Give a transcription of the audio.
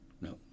no